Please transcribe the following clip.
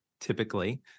typically